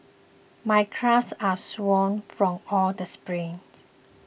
my calves are sore from all the sprints